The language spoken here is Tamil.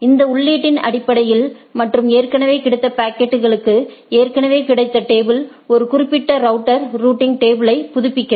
இந்த உள்ளீட்டின் அடிப்படையில் மற்றும் ஏற்கனவே கிடைத்த பாக்கெட்களுக்கு ஏற்கனவே கிடைத்த டேபிள் ஒரு குறிப்பிட்ட ரவுட்டர் ரூட்டிங் டேபிளை புதுப்பிக்கிறது